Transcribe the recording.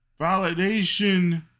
Validation